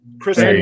Chris